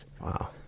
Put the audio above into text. Wow